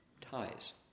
ties